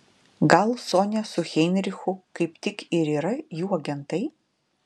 gal sonia su heinrichu kaip tik ir yra jų agentai